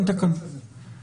אני רוצה להתייחס לזה.